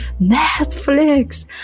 netflix